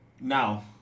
Now